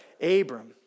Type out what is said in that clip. Abram